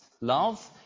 love